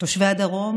תושבי הדרום